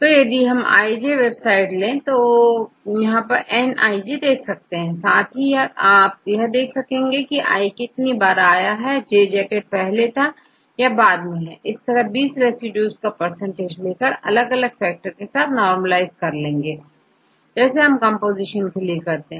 तो यदि आप IJ वेबसाइट देखें तो Nij देख सकते हैं साथ ही आप I कितनी बार आया है J जैकेट पहले या बाद इसी तरह हम 20 रेसिड्यूज का परसेंटेज देखकर अलग अलग फैक्टर के साथ normalizeकर लेंगे जैसे हम कंपोजीशन के लिए करते हैं